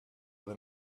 with